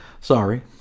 sorry